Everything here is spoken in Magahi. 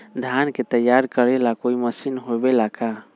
धान के तैयार करेला कोई मशीन होबेला का?